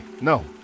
no